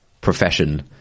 profession